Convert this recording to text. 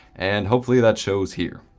and hopefully that shows here.